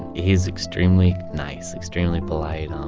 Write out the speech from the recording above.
he's extremely nice, extremely polite. um